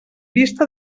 vista